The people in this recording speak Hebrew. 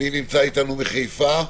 מי נמצא איתנו מחיפה?